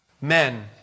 Men